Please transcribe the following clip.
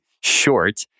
short